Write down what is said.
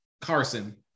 Carson